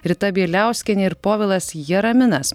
rita bieliauskienė ir povilas jaraminas